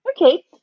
Okay